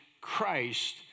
Christ